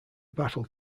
battle